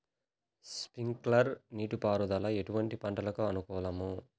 Sprinkler నీటిపారుదల ఎటువంటి పంటలకు అనుకూలము?